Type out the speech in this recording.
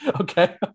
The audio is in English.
okay